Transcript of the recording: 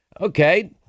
Okay